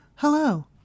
Hello